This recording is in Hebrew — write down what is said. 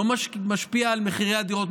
לא משפיע על מחירי הדירות.